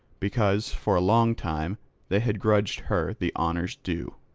because for a long time they had grudged her the honours due.